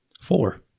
Four